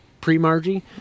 pre-Margie